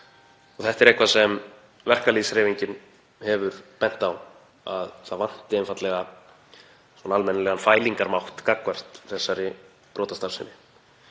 þetta er eitthvað sem verkalýðshreyfingin hefur bent á, að það vanti einfaldlega almennilegan fælingarmátt gagnvart þessari brotastarfsemi.